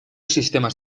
sistemas